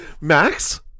Max